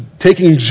taking